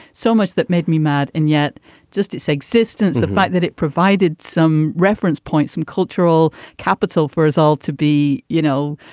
so much that made me mad. and yet just its existence, the fact that it provided some reference points, some cultural capital for us all to be, you know,